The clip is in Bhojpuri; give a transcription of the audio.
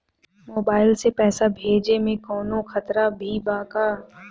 मोबाइल से पैसा भेजे मे कौनों खतरा भी बा का?